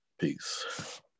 Peace